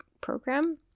program